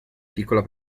piccola